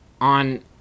on